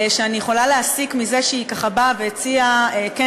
אני יכולה להסיק מזה שהיא ככה באה והציעה כן